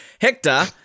Hector